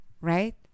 right